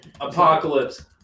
Apocalypse